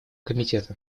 комитета